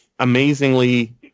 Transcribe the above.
amazingly